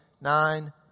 nine